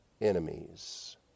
enemies